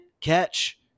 catch